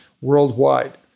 worldwide